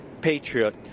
patriot